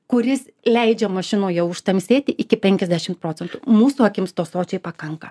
kuris leidžia mašinoje užtamsėti iki penkiasdešimt procentų mūsų akims to sočiai pakanka